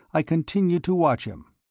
i continued to watch him.